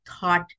thought